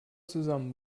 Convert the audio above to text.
zusammen